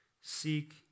seek